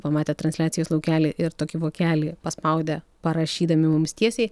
pamatę transliacijos laukelį ir tokį vokelį paspaudę parašydami mums tiesiai